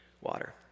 water